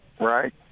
right